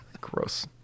Gross